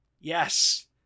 Yes